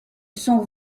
sont